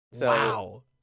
Wow